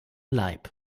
leib